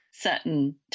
certain